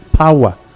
power